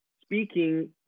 speaking